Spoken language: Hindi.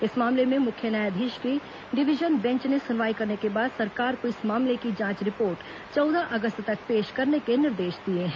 इस मामले में मुख्य न्यायाधीश की डिवीजन बेंच ने सुनवाई करने के बाद सरकार को इस मामले की जांच रिपोर्ट चौदह अगस्त तक पेश करने के निर्देश दिए हैं